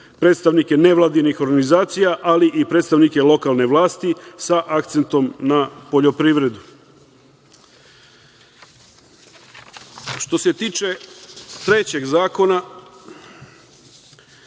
predstavnike nevladinih organizacija i predstavnike lokalne vlasti sa akcentom na poljoprivredu. Što se tiče trećeg zakona